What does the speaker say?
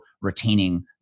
retaining